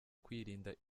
kwirinda